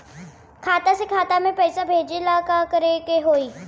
खाता से खाता मे पैसा भेजे ला का करे के होई?